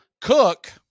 Cook